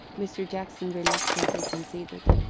mr. jackson reluctantly conceded,